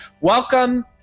welcome